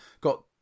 Got